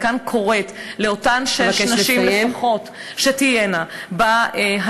ואני כאן קוראת לאותן שש נשים לפחות שתהיינה בהנהלה,